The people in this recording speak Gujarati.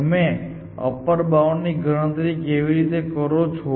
તમે અપર બાઉન્ડની ગણતરી કેવી રીતે કરો છો